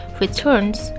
returns